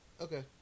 okay